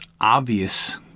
obvious